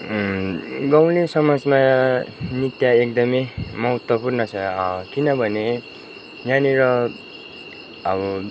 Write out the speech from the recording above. गाउँले समाजमा नृत्य एकदमै महत्त्वपूर्ण छ किनभने यहाँनिर अब